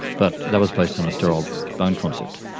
but that was based on a sterile bone concept.